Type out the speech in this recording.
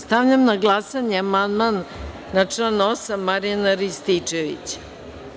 Stavljam na glasanje amandman na član 8. Marijana Rističevića.